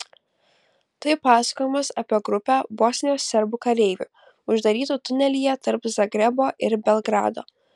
tai pasakojimas apie grupę bosnijos serbų kareivių uždarytų tunelyje tarp zagrebo ir belgrado